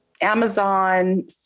Amazon